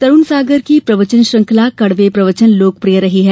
तरुण सागर की प्रवचन श्रंखला कड़वे प्रवचन बहुत लोकप्रिय रही हैं